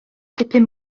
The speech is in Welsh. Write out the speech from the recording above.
dipyn